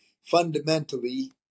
fundamentally